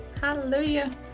Hallelujah